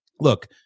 Look